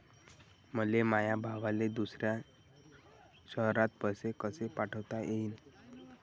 मले माया भावाले दुसऱ्या शयरात पैसे कसे पाठवता येईन?